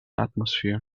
atmosphere